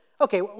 okay